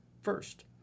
first